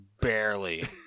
barely